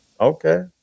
Okay